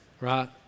right